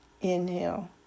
Inhale